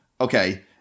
Okay